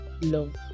love